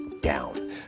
down